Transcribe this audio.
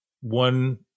One